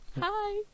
hi